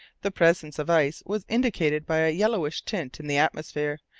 the presence of ice was indicated by a yellowish tint in the atmosphere,